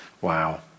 Wow